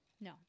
No